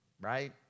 right